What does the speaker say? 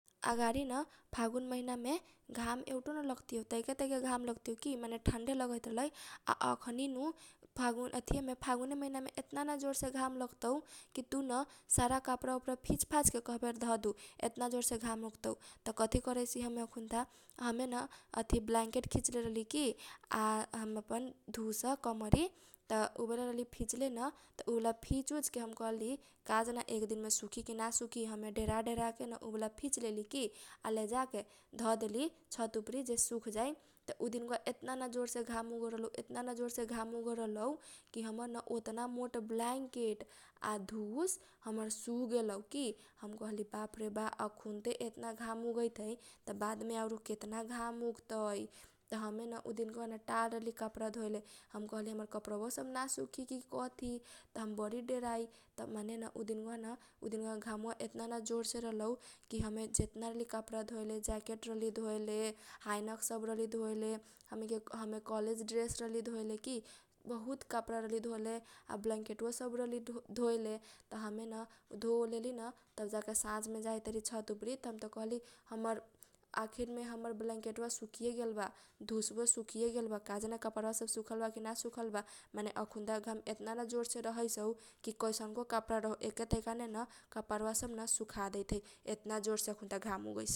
परूका न जारा मे हमे न बारहा ना रहली की घरे गेल रहली हम अपन त परूके जारा मे न एकदिन काबान बरी जोरसे धोध लगल रहलइ की त हमे हमर नानी न कथी कहली। हमे कहली हमर नानी के नानी गे चल घुर जिगैहे की त हमर नानी नकहलख चल नत जीगा देइत बारीयौ त हमर नानी न जाके घुर जिगा देल की। त हमे न उ घुरवा मे जाके आगी तपैत रहली आगी ताप ओप लेली न तनका तनका अगीया भुताए लागल त भुमभुर होजाइ सै त उमेन हमेन अलुइ लेजाके की लगालेली काहेसेन। धोध लागल रहतौ आ आगी तफबे आ उ घुरवा मे न तु अलुइ पकाके खैबेन त बारा निमन लगैसै की त उहे हम कहली रूक आजु धोध लागल बा आजु जिइतारी हमे अलुइ पकाके खाए। त हमहु चल गेली घर भित्री आलुइ ले अइलीकी आ उ घुरवा मे न अलुइया लगा देली अलुइया लगाके आ घुर तपैत रहली आ अलुइया पाकेके रुकल रहली। उ दिनका बा एतना न जोर से धोध लागल रहलै की इजगे इजगे अदमीके तु ना देखे सखते बरी जोरसे धोध लागल रहलै अगर उजगेसे तनका दुरा अगाडि चल जैतेन। त तु ना लोकते एतना न जोर से धोध लागल रहलै तब जाके न हमर न हम चलगेली तनका देरलान उ लगन सेन त हमर संगघतीया सब आके बैठ गेल की त उ लगन कोरैत हौन त हमर संगघतीया सब के लौक गेलौ अलुइ त उ कहलौ की। इहे लगैले होतौ चल अलुइया खालेबे हम तालु आइलीन त हमर संगघतीया सब न अलुइया खालेल आ धोध लागल रहलै त हमरा ना लौकल की ओकनीके बैठल बा। बादमे पुछैतारी अलुइया त कथी कहैता हमनी के खालेली।